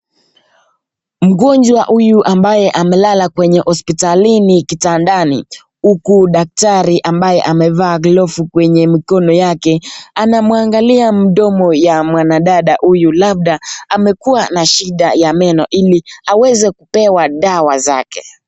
Mgonjwa huyu ambaye amelala kwenye hospitalini kitandani huku daktari ambaye amevaa glovu kwenye mkono yake anamwangalia mdomo ya mwanadada huyu labda amekuwa na shida ya meno ili aweze kupewa dawa zake.